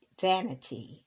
vanity